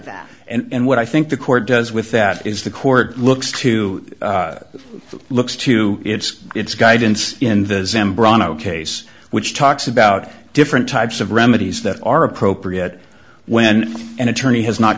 that that and what i think the court does with that is the court looks to looks to its its guidance in the zambrano case which talks about different types of remedies that are appropriate when an attorney has not